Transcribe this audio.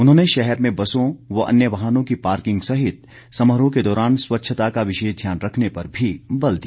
उन्होंने शहर में बसों व अन्य वाहनों की पार्किंग सहित समारोह के दौरान स्वच्छता का विशेष ध्यान रखने पर भी बल दिया